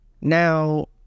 Now